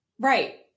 Right